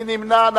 מי נמנע?